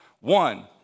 One